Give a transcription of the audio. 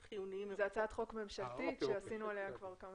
זאת הצעת חוק ממשלתית שעשינו עליה כבר כמה